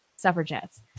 Suffragettes